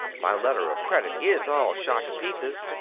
my letter of credit is all shot to pieces,